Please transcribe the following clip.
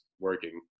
working